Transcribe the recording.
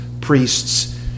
priests